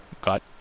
got